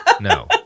no